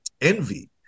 envy